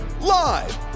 live